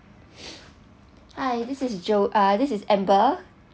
hi this is joe~ ah this is amber